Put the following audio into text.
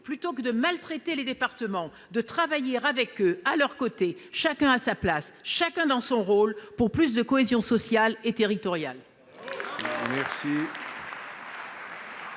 plutôt que de maltraiter les départements, de travailler avec eux, à leurs côtés, chacun à sa place, chacun dans son rôle, pour plus de cohésion sociale et territoriale